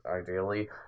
ideally